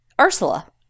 ursula